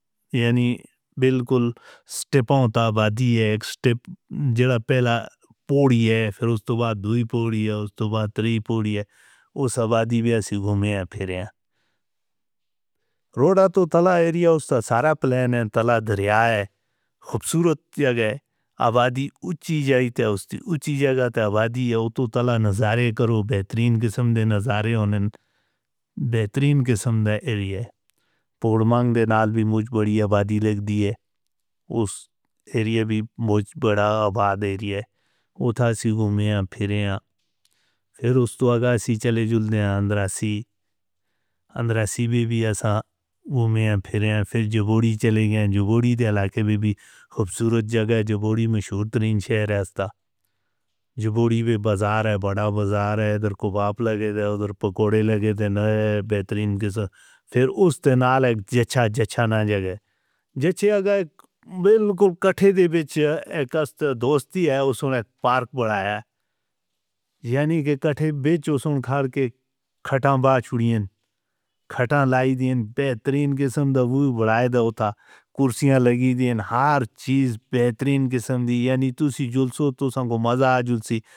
یعنی بلکل سٹیپاں تاں وادی ہے، جڑا پہلا پودی ہے، پھر اس تو بعد دوئی پودی ہے، اس تو بعد تری پودی ہے، وہ سہا دی بھی اسی گھومیا پھریاں۔ روڈا توں تلا ایریا اس تاں سارا پلان ہے، تلا دریا ہے، خوبصورت جگہ ہے، آبادی اچھی جائی تے اس دی اچھی جگہ تے آبادی ہے، اوہ توں تلا نظارے کرو بہترین قسم دے نظارے ہونے، بہترین قسم دے ایریا ہے، پودمانگ دے نال بھی موج بڑی آبادی لگ دی ہے، اس ایریا بھی موج بڑا آباد ایریا ہے، اتھا سی گھومیاں پھریاں۔ پھر اس تو آگا سی چلے جندے ہیں اندرہ سی، اندرہ سی بھی بھی ایساں گھومیاں پھریاں، پھر جبوڑی چلے گئے ہیں، جبوڑی دے علاقے بھی بھی خوبصورت جگہ ہے، جبوڑی مشہور ترین شہر ہے اس تا، جبوڑی بھی بازار ہے، بڑا بازار ہے، ادھر کباب لگے تھے، ادھر پکوڑے لگے تھے، بہترین قسم۔ پھر اس دے نال ایک جچا جچا نا جگہ ہے، جچے اگہ بلکل کٹھے دے وچ ہے، ایک است دوستی ہے، اس نے پارک بنایا ہے، یعنی کہ کٹھے وچ اس نے کھار کے کھٹاں با چھڑیاں، کھٹاں لائی دی ہیں، بہترین قسم دہ وہی بنایا ہے، کرسیان لگی دی ہیں، ہار چیز بہترین قسم دی، یعنی توسی جلسو توسن کو مزہ آ جلسی.